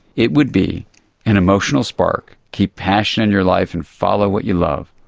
it would be an emotional spark, keep passion in your life and follow what you love,